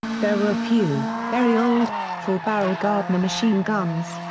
there were a few, very old, four-barrel gardiner machine guns.